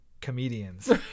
comedians